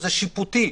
שזה שיפוטי,